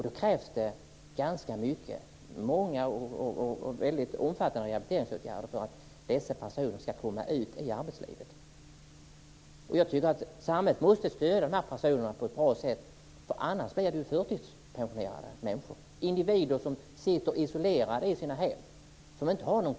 Det krävs många och omfattande rehabiliteringsåtgärder för att dessa personer ska komma ut i arbetslivet. Jag tycker att samhället måste stödja de här personerna på ett bra sätt. Annars blir de förtidspensionerade. Det är kontaktlösa individer som sitter isolerade i sina hem.